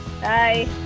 bye